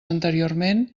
anteriorment